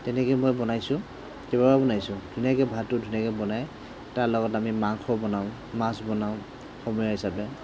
তেনেকৈ মই বনাইছোঁ কেবাবাৰো বনাইছোঁ ধুনীয়াকৈ ভাতটো ধুনীয়াকৈ বনাই তাৰলগত আমি মাংস বনাওঁ মাছ বনাওঁ সমূহীয়া হিচাপে